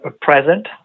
present